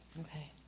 Okay